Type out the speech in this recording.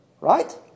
right